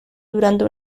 durante